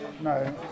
No